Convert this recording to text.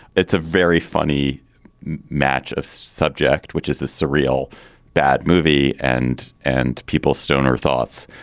it's a very funny match of subject, which is the surreal bad movie. and and people stoner thoughts.